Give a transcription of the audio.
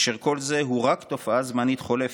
אשר כל זה הוא רק תופעה זמנית חולפת,